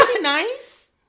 nice